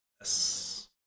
Yes